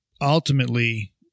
ultimately